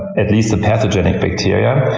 at least the pathogenic bacteria,